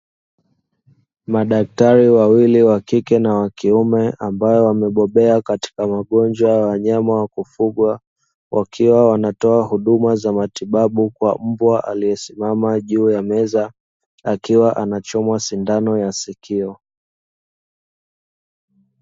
Madaktari wawili wa kike na wa kiume, ambao wamebobea katika magonjwa ya wanyama wa kufugwa, wakiwa wanatoa huduma za matibabu kwa mbwa aliyesimama juu ya meza, akiwa anachomwa sindano ya sikio.